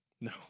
No